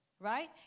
Right